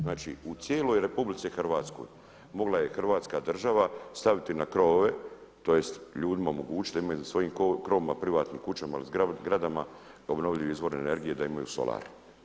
Znači u cijeloj RH mogla je Hrvatska država staviti na krovove, tj. ljudima omogućiti da imaju na svojim krovovima, privatnim kućama ili zgradama obnovljivi izvor energije, da imaju solar.